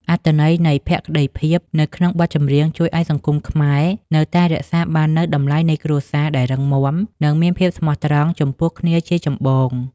អត្ថន័យនៃ "ភក្តីភាព" នៅក្នុងបទចម្រៀង ជួយឱ្យសង្គមខ្មែរនៅតែរក្សាបាននូវតម្លៃនៃគ្រួសារដែលរឹងមាំ និងមានភាពស្មោះត្រង់ចំពោះគ្នាជាចម្បង។